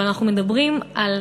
אבל אנחנו מדברים על,